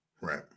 Right